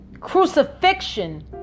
crucifixion